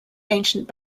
ancient